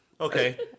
Okay